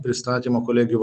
pristatymo kolegijų